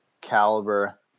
caliber